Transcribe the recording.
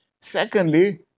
Secondly